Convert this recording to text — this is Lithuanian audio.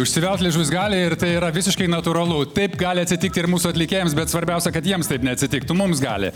užsivelt liežuvis gali ir tai yra visiškai natūralu taip gali atsitikti ir mūsų atlikėjams bet svarbiausia kad jiems taip neatsitiktų mums gali